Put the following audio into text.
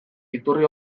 iturri